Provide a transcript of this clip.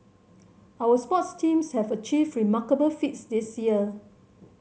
our sports teams have achieved remarkable feats this year